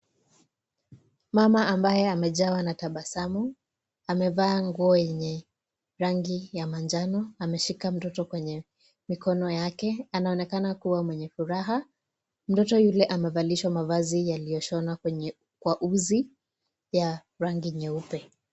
Mama ambaye amejawa na tabasamu, amevaa nguo yenye rangi ya manjano, ameshika mtoto kwenye mikono yake, anaonekana kua mwenye furaha, mtoto yule amevalishwa mavazi yaliyoshonwa kwa uzi ya rangi nyeupe.